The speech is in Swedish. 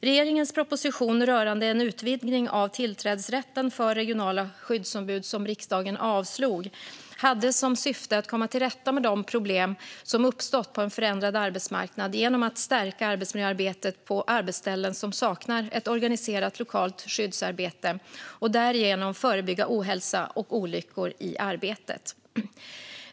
Regeringens proposition rörande en utvidgning av tillträdesrätten för regionala skyddsombud, som riksdagen avslog, hade som syfte att komma till rätta med de problem som uppstått på en förändrad arbetsmarknad genom att stärka arbetsmiljöarbetet på arbetsställen som saknar ett organiserat lokalt skyddsarbete och därigenom förebygga ohälsa och olyckor i arbetet.